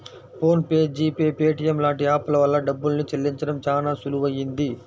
phone pay, G pay, Paytm లాంటి app ల వల్ల డబ్బుల్ని చెల్లించడం చానా సులువయ్యింది